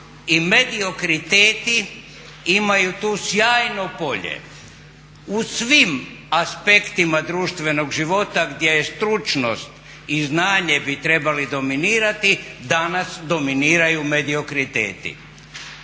i mediokriteti imaju tu sjajno polje. U svim aspektima društvenog života gdje stručnost i znanje bi trebali dominirati, danas dominiraju mediokriteti.